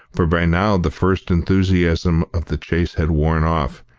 for by now the first enthusiasm of the chase had worn off,